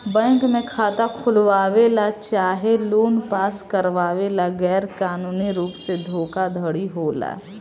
bank में खाता खोलवावे ला चाहे लोन पास करावे ला गैर कानूनी रुप से धोखाधड़ी होला